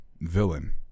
villain